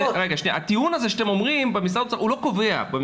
הטיעון הזה שאתם אומרים במשרד האוצר, לא קובע.